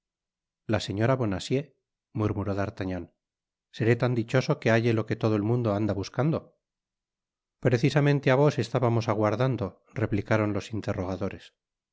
la señora bonacieux murmuró d'artagnan seré tan dichoso que halle lo que todo et mundo anda buscando content from google book search generated at precisamente á vos estábamos aguardando replicaron los interrogadores